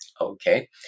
Okay